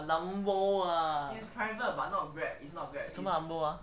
lambo ah 什么 lambo ah